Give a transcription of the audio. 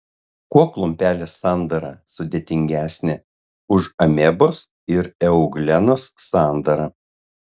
kuo klumpelės sandara sudėtingesnė už amebos ir euglenos sandarą